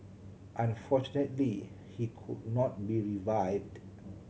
unfortunately he could not be revived